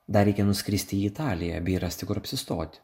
dar reikia nuskristi į italiją bei rasti kur apsistoti